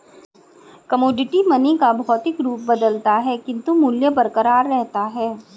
commodity money का भौतिक रूप बदलता है किंतु मूल्य बरकरार रहता है